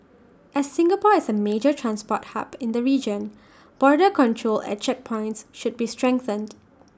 as Singapore is A major transport hub in the region border control at checkpoints should be strengthened